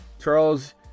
Charles